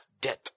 death